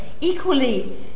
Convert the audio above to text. Equally